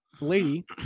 lady